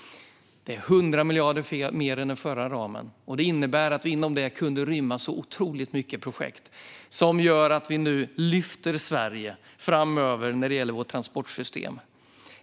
Det är 100 miljarder mer än i den förra ramen, och det innebär att vi inom detta kunde rymma otroligt många projekt som gör att vi lyfter Sverige framöver när det gäller vårt transportsystem.